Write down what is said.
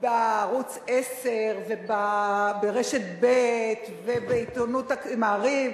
בערוץ-10 וברשת ב' ובעיתונות, "מעריב"